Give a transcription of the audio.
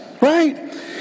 right